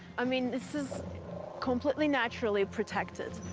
i mean, this is completely naturally protected.